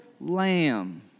lamb